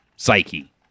Psyche